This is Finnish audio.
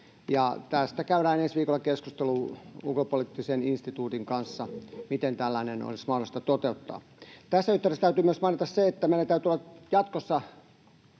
Tästä käydään ensi viikolla keskustelu Ulkopoliittisen instituutin kanssa, miten tällainen olisi mahdollista toteuttaa. Tässä yhteydessä täytyy myös mainita se, että meidän täytyy olla jatkossa